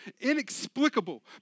inexplicable